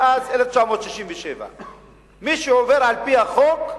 מאז 1967. מי שעוברת על החוק,